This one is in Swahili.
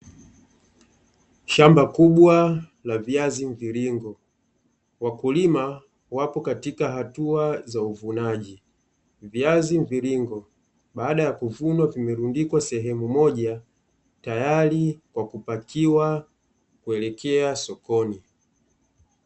Shamba kubwa la viazi mviringo, wakulima wapo katika hatua za uvunaji. Viazi mviringo baada ya kuvunwa vimerundikwa sehemu moja tayari kwa kupakiwa kuelekea sokoni.